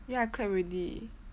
ya I clap already